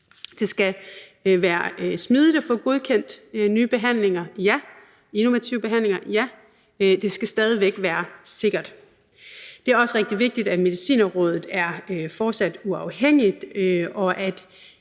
Det skal være smidigt at få godkendt nye behandlinger, ja, og innovative behandlinger, ja, men det skal stadig væk være sikkert. Det er også rigtig vigtigt, at Medicinrådet fortsat er uafhængigt, og at